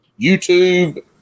YouTube